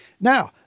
Now